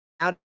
out